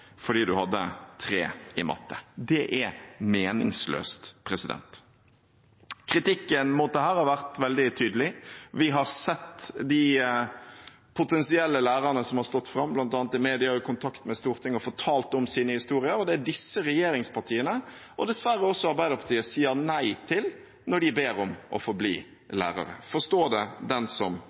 fordi en hadde 3 i matte. Det er meningsløst. Kritikken mot dette har vært veldig tydelig. Vi har sett de potensielle lærerne som har stått fram, bl.a. i media og i kontakt med Stortinget og fortalt sine historier, og det er disse regjeringspartiene, og dessverre også Arbeiderpartiet, sier nei til når de ber om å få bli lærere. Forstå det den som